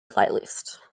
playlist